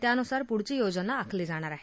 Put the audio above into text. त्यानुसार पुढची योजना आखली जाणार आहे